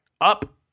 Up